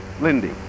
Lindy